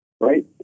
right